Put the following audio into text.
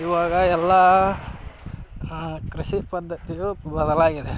ಇವಾಗ ಎಲ್ಲ ಕೃಷಿ ಪದ್ಧತಿಯು ಬದಲಾಗಿದೆ